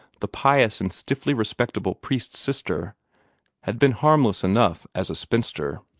the pious and stiffly respectable priest's sister had been harmless enough as a spinster.